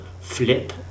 flip